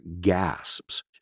gasps